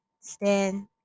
stand